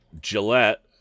Gillette